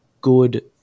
good